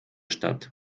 stadt